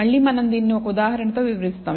మళ్ళీమనం దీనిని ఒక ఉదాహరణతో వివరిస్తాము